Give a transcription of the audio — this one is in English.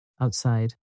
outside